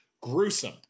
gruesome